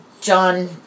John